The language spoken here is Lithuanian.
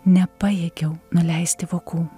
nepajėgiau nuleisti vokų